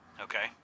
Okay